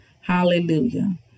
Hallelujah